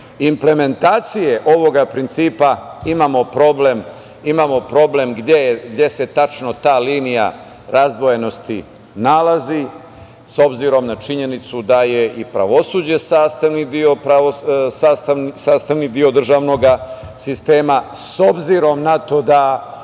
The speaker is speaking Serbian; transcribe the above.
implementacije ovog principa, imamo problem gde se tačno ta linija razdvojenosti nalazi, s obzirom na činjenicu da je i pravosuđe sastavni deo državnog sistema, s obzirom na to da